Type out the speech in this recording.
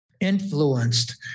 influenced